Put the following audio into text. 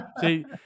see